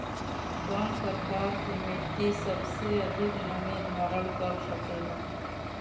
कौन प्रकार की मिट्टी सबसे अधिक नमी धारण कर सकेला?